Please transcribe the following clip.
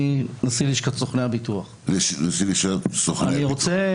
אני רוצה